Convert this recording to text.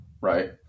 Right